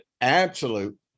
absolute